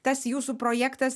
tas jūsų projektas